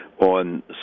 on